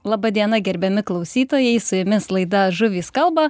laba diena gerbiami klausytojai su jumis laida žuvys kalba